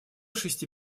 шести